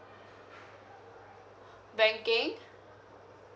banking